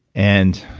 and,